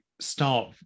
start